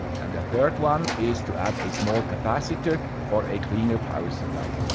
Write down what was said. and a third one is to add a small capacitor for a cleaner power supply.